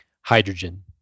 Hydrogen